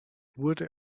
wurde